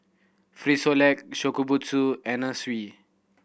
Frisolac Shokubutsu Anna Sui